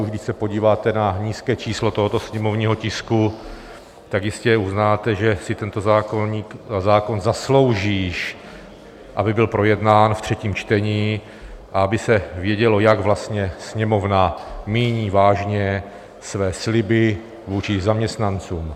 Už když se podíváte na nízké číslo tohoto sněmovního tisku, tak jistě uznáte, že si tento zákon zaslouží, aby byl projednán v třetím čtení, aby se vědělo, jak vlastně Sněmovna míní vážně své sliby vůči zaměstnancům.